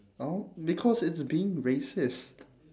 well because it's being racist